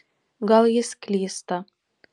gal jis klysta